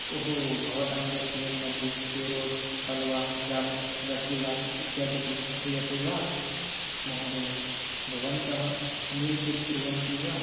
ओहो भवतां रेस्टोरेण्ट् मध्ये केरोट् हल्वा जामून् रस्गुल्ला इत्यादिकं क्रियते वा महोदय भवन्तः मिल्केक् कुर्वन्ति वा